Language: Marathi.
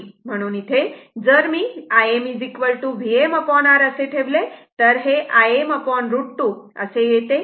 म्हणून इथे जर मी Im VmR असे ठेवले तर हे Im√ 2 असे येते